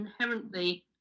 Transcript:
inherently